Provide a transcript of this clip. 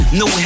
no